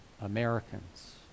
Americans